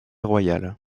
royal